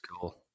cool